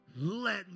Let